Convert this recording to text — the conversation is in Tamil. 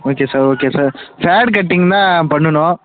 okay sir okay sir fat cutting தான் பண்ணணும்